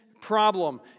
problem